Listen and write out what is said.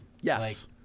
Yes